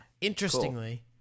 Interestingly